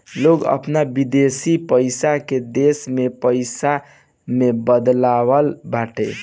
लोग अपन विदेशी पईसा के देश में पईसा में बदलवावत बाटे